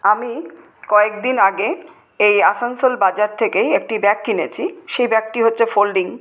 আমি কয়েকদিন আগে এই আসানসোল বাজার থেকেই একটি ব্যাগ কিনেছি সেই ব্যাগটি হচ্ছে ফোল্ডিং